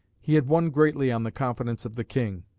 he had won greatly on the confidence of the king.